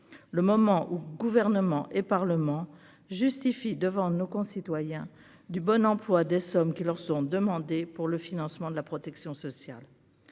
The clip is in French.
le moment où gouvernement et Parlement justifie devant nos concitoyens du bon emploi des sommes qui leur sont demandés pour le financement de la protection sociale,